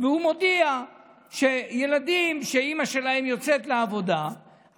והוא מודיע שילדים שאימא שלהם יוצאת לעבודה,